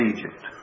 Egypt